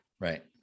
Right